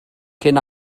cyn